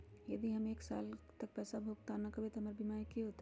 यदि हम एक साल तक पैसा भुगतान न कवै त हमर बीमा के की होतै?